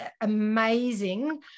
amazing